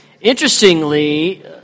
interestingly